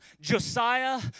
Josiah